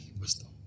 wisdom